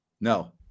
No